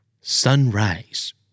Sunrise